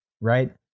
right